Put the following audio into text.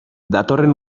datorren